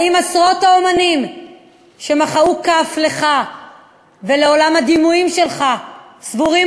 האם עשרות האמנים שמחאו כף לך ולעולם הדימויים שלך סבורים